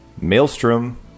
Maelstrom